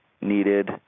needed